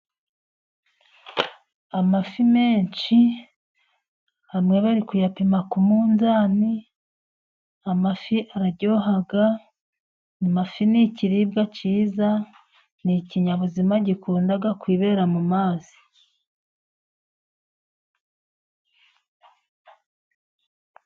Amafi menshi, amwe bari kuyapima ku munzani, amafi araryoha, amafi ni ikiribwa cyiza, ni ikinyabuzima gikunda kwibera mu mazi.